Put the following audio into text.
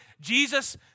Jesus